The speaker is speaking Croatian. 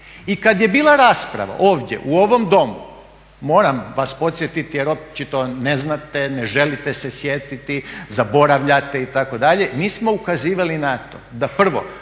I kad je bila rasprava ovdje u ovom domu, moram vas podsjetiti jer očito ne znate, ne želite se sjetiti, zaboravljate itd., mi smo ukazivali na to da prvo,